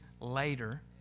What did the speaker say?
later